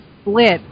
split